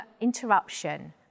interruption